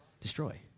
destroy